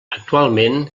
actualment